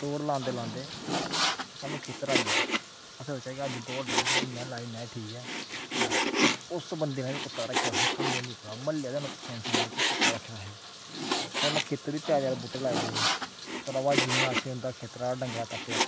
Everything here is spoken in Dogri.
दौड़ लांदे लांदे सानूं खेतर आई गेआ असें सोचेआ कि अज्ज दौड़ रैह्न दे जिन्नी हारी लाई उन्नी हारी ठीक ऐ लैओ उस बंदे ने कुत्ता रक्खे दा हा सानूं ऐनी पता हा म्हल्ले दे उ'नैं कुसैंई निं सनाए दा कि कुत्ता रक्खे दा अहें उ'नें खेत्तर च त्रै चार बूह्टे लाए दे हे भ्रावा जि'यां असें उंदा खेत्तरै दा डंगा टप्पेआ